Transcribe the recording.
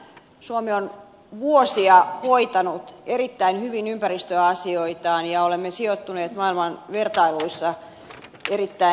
suomi on vuosia hoitanut erittäin hyvin ympäristöasioitaan ja olemme sijoittuneet maailman vertailuissa erittäin hyvin